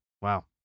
Wow